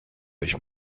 euch